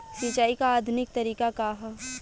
सिंचाई क आधुनिक तरीका का ह?